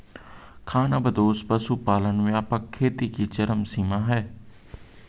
खानाबदोश पशुपालन व्यापक खेती की चरम सीमा है